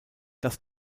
das